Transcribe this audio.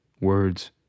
words